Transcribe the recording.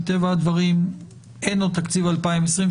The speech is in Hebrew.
מטבע הדברים אין עוד תקציב 2023,